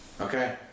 Okay